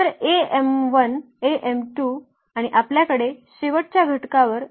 तर आणि आपल्याकडे शेवटच्या घटकावर आहे